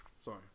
Sorry